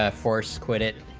ah force quit it,